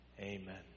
Amen